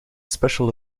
special